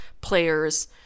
players